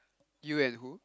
you and who